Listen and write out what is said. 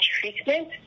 treatment